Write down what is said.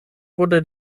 wurde